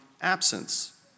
absence